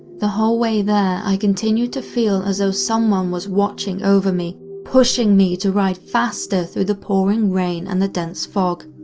the whole way there, i continued to feel as though someone was watching over me, pushing me to ride faster through the pouring rain and the dense fog.